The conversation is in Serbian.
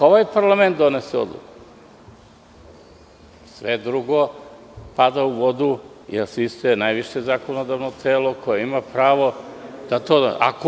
Ako ovaj parlament donese odluku sve drugo pada u vodu jer ste vi najviše zakonodavno telo koje ima pravo da to donese.